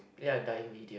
ya dying media